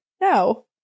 No